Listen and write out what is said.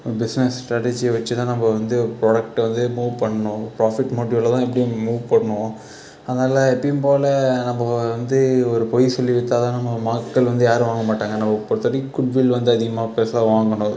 business strategy வச்சுதான் நம்ம வந்து ப்ராடக்ட்டை வந்து மூவ் பண்ணும் ப்ராஃபிட் மோட்டிவ் தான் எப்படியும் மூவ் பண்ணுவோம் அதனால் எப்பவும் போல் நம்ம வந்து ஒரு பொய் சொல்லி வித்தால் தான் நம்ம மக்கள் வந்து யாரும் வாங்கமாட்டாங்க நம்ம பொறுத்தவரைக்கும் குட்வில் வந்து அதிகமாக பெருசாக வாங்கணும்